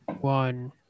one